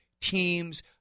teams